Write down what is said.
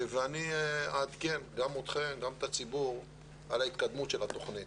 אני אעדכן גם אתכם וגם את הציבור על התקדמות התוכנית.